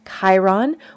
Chiron